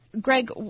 Greg